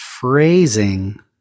phrasing